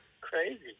Crazy